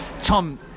Tom